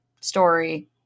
story